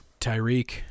Tyreek